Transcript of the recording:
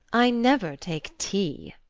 i never take tea.